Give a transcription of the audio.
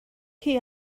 chi